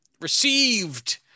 received